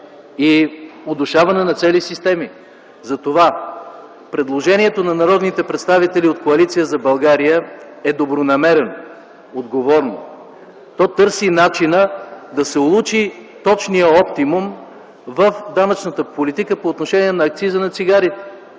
и удушаване на цели системи. Предложението на народните представители от Коалиция за България е добронамерено, отговорно. То търси начина да се улучи точния оптимум в данъчната политика по отношение на акциза на цигарите,